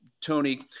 Tony